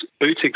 boutique